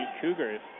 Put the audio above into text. Cougars